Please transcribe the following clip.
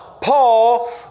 Paul